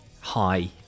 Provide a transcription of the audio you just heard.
hi